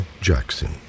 Jackson